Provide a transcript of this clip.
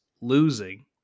losing